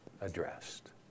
addressed